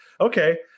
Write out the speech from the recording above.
okay